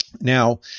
Now